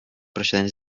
procedents